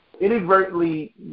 Inadvertently